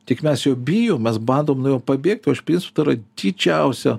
tik mes jo bijom mes bandom nuo jo pabėgt o iš principo tai yra didžiausia